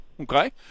okay